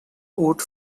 would